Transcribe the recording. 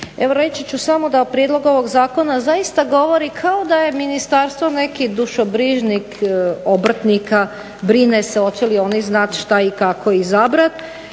Evo reći ću samo da prijedlog ovog zakona zaista govori kao da je ministarstvo neki dušobrižnik obrtnika, brine se hoće li oni znati šta i kako izabrati.